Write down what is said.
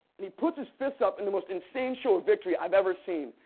and he puts his fists up in the most insane show of victory i've ever seen.